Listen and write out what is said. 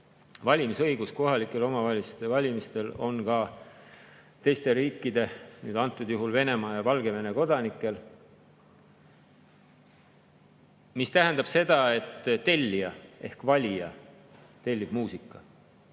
valimisõigus kohalike omavalitsuste valimistel on ka teiste riikide, antud juhul Venemaa ja Valgevene kodanikel. Mis tähendab seda, et tellija ehk valija tellib muusika